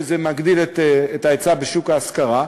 שזה מגדיל את ההיצע בשוק ההשכרה,